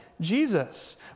Jesus